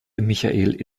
michael